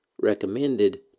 recommended